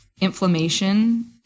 inflammation